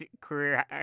career